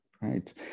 right